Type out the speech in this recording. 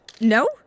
No